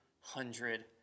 hundred